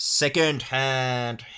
second-hand